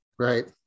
right